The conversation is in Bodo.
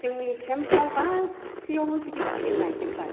जोंनि केमफ्राव गासियावबो गिदिं गिदिं नायजोबबाय